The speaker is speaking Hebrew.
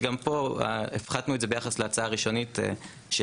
שגם פה הפחתנו את זה ביחס להצעה הראשונית שהגיעה.